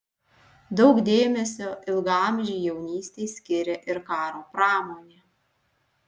daug dėmesio ilgaamžei jaunystei skiria ir karo pramonė